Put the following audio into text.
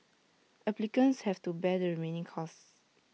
applicants have to bear the remaining costs